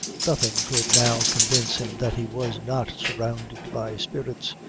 nothing could now convince him that he was not surrounded by spirits,